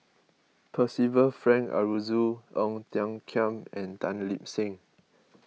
Percival Frank Aroozoo Ong Tiong Khiam and Tan Lip Seng